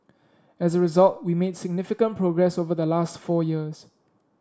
as a result we made significant progress over the last four years